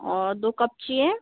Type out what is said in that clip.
और दो कप चाहिए